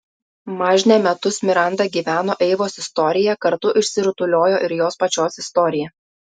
mažne metus miranda gyveno eivos istorija kartu išsirutuliojo ir jos pačios istorija